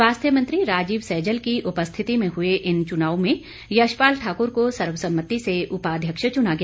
स्वास्थ्य मंत्री राजीव सैजल की उपस्थिति में हुए इन चुनावों में यशपाल ठाकुर को सर्वसम्मति से उपाध्यक्ष चुना गया